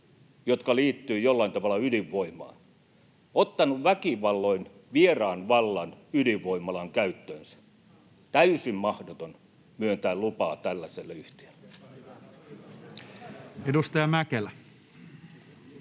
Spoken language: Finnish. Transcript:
jotka liittyvät jollain tavalla ydinvoimaan, ottanut väkivalloin vieraan vallan ydinvoimalan käyttöönsä, on täysin mahdotonta myöntää lupaa tällaiselle yhtiölle. [Speech